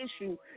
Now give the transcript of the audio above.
issue